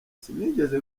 sinigeze